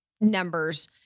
numbers